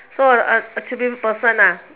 so attribute person ah